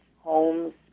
homes